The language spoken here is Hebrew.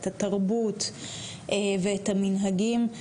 את התרבות ואת המנהגים,